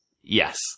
Yes